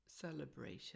celebration